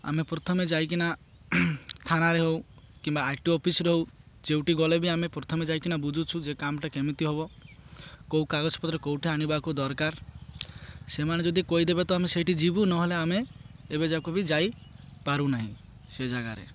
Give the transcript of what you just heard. ଆମେ ପ୍ରଥମେ ଯାଇକି ନା ଥାନାରେ ହେଉ କିମ୍ବା ଆଇ ଟି ଅଫିସରେ ହେଉ ଯେଉଁଠି ଗଲେ ବି ଆମେ ପ୍ରଥମେ ଯାଇକି ନା ବୁଝୁଛୁ ଯେ କାମଟା କେମିତି ହେବ କେଉଁ କାଗଜପତ୍ର କେଉଁଠି ଆଣିବାକୁ ଦରକାର ସେମାନେ ଯଦି କହିଦେବେ ତ ଆମେ ସେଇଠି ଯିବୁ ନହେଲେ ଆମେ ଏବେ ଯାକ ବି ଯାଇ ପାରୁନାହିଁ ସେ ଜାଗାରେ